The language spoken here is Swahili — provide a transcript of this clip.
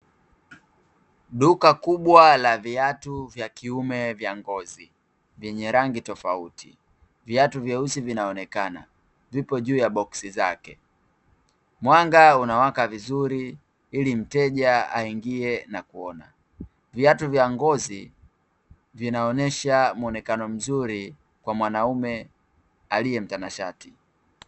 Duka kubwa la viatu vya kiume vya ngozi vyenye rangi tofauti, viatu vyeusi vinaonekana vipo juu ya boksi zake. Mwanga unawaka vizuri ili mteja aingie na kuona. Viatu vya ngozi vinaonyesha muonekano mzuri kwa mwanaume aliye mtanashati.